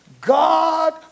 God